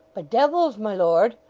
by devils! my lord!